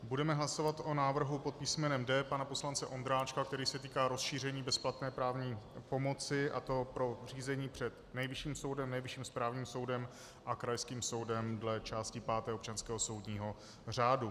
Budeme hlasovat o návrhu pod písmenem D pana poslance Ondráčka, který se týká rozšíření bezplatné právní pomoci, a to pro řízení před Nejvyšším soudem, Nejvyšším správním soudem a krajským soudem dle části páté občanského soudního řádu.